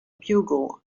bugle